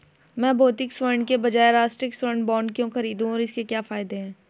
मैं भौतिक स्वर्ण के बजाय राष्ट्रिक स्वर्ण बॉन्ड क्यों खरीदूं और इसके क्या फायदे हैं?